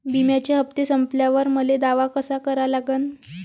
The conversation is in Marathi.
बिम्याचे हप्ते संपल्यावर मले दावा कसा करा लागन?